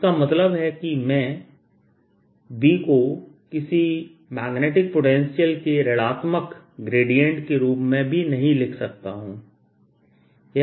इसका मतलब है कि मैं B को किसी मैग्नेटिक पोटेंशियल के ऋणआत्मक ग्रेडियंट के रूप में भी नहीं लिखा जा सकता है